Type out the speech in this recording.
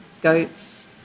goats